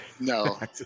No